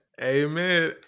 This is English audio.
Amen